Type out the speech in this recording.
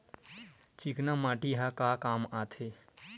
चिकना माटी ह का काम आथे?